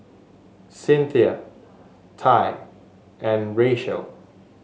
Cynthia Tai and Rachelle